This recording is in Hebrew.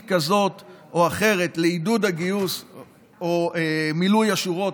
כזאת או אחרת לעידוד הגיוס או מילוי השורות,